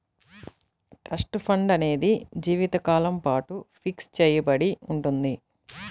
trust fund అనేది జీవితకాలం పాటు ఫిక్స్ చెయ్యబడి ఉంటుంది